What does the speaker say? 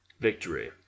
Victory